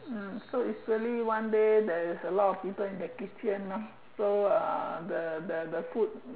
so it's really one day that a lots could eat so the the food